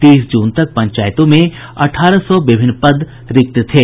तीस जून तक पंचायतों में अठारह सौ विभिन्न पद रिक्त थे